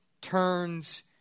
turns